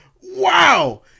Wow